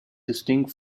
distinct